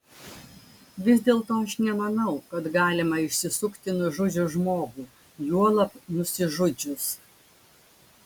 vis dėlto aš nemanau kad galima išsisukti nužudžius žmogų juolab nusižudžius